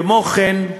כמו כן,